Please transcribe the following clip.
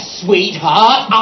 sweetheart